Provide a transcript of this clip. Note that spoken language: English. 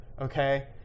okay